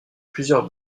plusieurs